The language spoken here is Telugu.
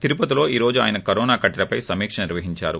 తిరుపతిలో ఈ రోజు ఆయన కరోనా కట్టడిపై సమీక్ష నిర్వహిందారు